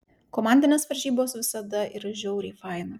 komandinės varžybos visada yra žiauriai faina